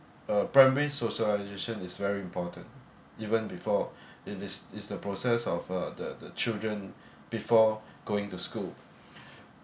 a primary socialisation is very important even before it is is the process of uh the the children before going to school